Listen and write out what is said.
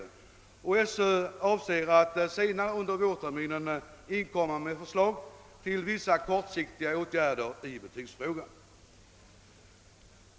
Skolöverstyrelsen avser att senare under vårterminen inkomma med förslag till vissa kortsiktiga åtgärder i betygsfrågan.